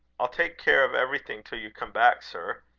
i'll take care of everything till you come back, sir.